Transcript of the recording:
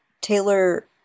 Taylor